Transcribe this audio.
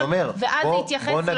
מרב, יוליה, בואו נשמע את